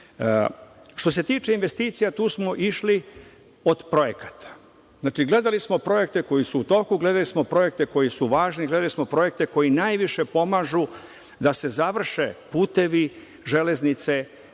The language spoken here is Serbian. se tiče investicija, tu smo išli od projekata. Gledali smo projekte koji su u toku, gledali smo projekte koji su važni, gledali smo projekte koji najviše pomažu da se završe putevi, železnice,